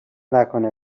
نکنه